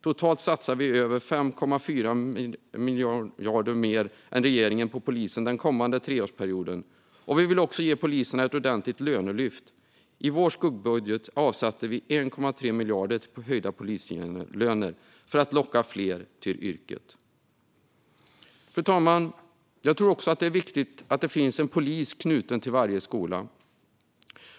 Vi satsar totalt över 5,4 miljarder mer än regeringen på polisen den kommande treårsperioden. Vi vill också ge poliserna ett ordentligt lönelyft. I vår skuggbudget avsatte vi 1,3 miljarder till höjda polislöner för att locka fler till yrket. Fru talman! Jag tror också att det är viktigt att det finns en polis knuten till varje skola.